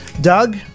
Doug